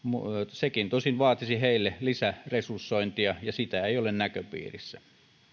sekin tosin vaatisi heille lisäresursointia ja sitä ei ole näköpiirissä